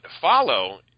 follow